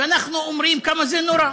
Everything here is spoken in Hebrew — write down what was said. ואנחנו אומרים כמה זה נורא.